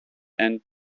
end